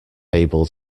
able